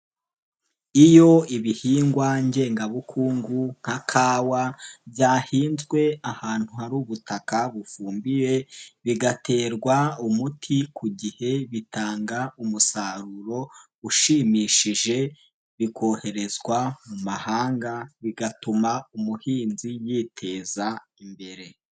Iyo ibihingwa ngengabukungu nka kawa, byahinzwe ahantu hari ubutaka bufumbiwe, bigaterwa umuti ku gihe bitanga umusaruro ushimishije, bikoherezwa mu mahanga, bigatuma umuhinzi yiteza imbere.